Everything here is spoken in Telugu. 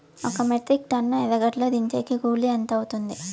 ఒక మెట్రిక్ టన్ను ఎర్రగడ్డలు దించేకి కూలి ఎంత అవుతుంది?